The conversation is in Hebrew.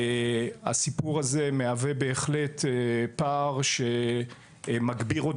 הסיפור הזה מהווה בהחלט פער שמגביר עוד